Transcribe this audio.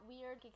weird